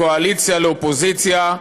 בין קואליציה לאופוזיציה,